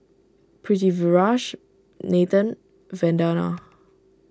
Pritiviraj Nathan Vandana